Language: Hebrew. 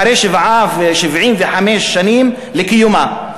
אחרי 75 שנים לקיומה.